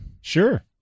Sure